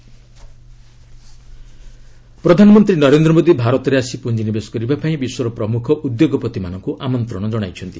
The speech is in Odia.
ପିଏମ୍ ସିଇଓ ପ୍ରଧାନମନ୍ତ୍ରୀ ନରେନ୍ଦ୍ର ମୋଦୀ ଭାରତରେ ଆସି ପ୍ରଞ୍ଜି ନିବେଶ କରିବା ପାଇଁ ବିଶ୍ୱର ପ୍ରମୁଖ ଉଦ୍ୟୋଗପତିମାନଙ୍କୁ ଆମନ୍ତ୍ରଣ ଜଣାଇଛନ୍ତି